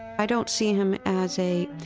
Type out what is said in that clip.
i don't see him as a,